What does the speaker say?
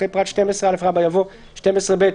אחרי פרט (12א) יבוא: "(12ב),